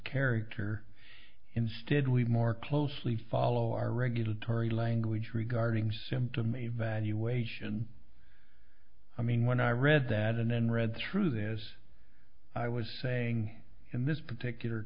character instead we more closely follow our regulatory language regarding symptom evaluation i mean when i read that and then read through this as i was saying in this particular